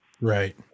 Right